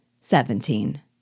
Seventeen